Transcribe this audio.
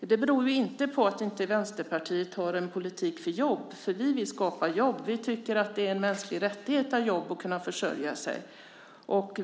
Det beror inte på att Vänsterpartiet inte har en politik för jobb. Vi vill skapa jobb. Vi tycker att det är en mänsklig rättighet att ha jobb och kunna försörja sig.